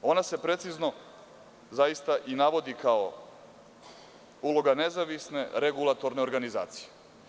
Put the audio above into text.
Ona se precizno i navodi kao uloga nezavisne regulatorne organizacije.